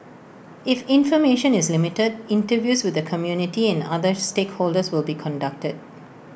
if information is limited interviews with the community and other stakeholders will be conducted